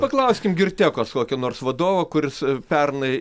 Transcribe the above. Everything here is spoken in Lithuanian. paklauskim tekos kokio nors vadovo kuris pernai